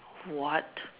what